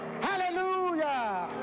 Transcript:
Hallelujah